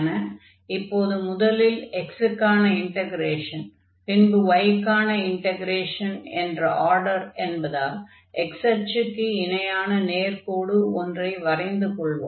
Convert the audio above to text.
இப்போது முதலில் x க்கான இன்டக்ரேஷன் பின்பு y க்கான இன்டக்ரேஷன் என்ற ஆர்டர் என்பதால் x அச்சுக்கு இணையான நேர்க்கோடு ஒன்றை வரைந்துக் கொள்வோம்